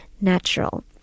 natural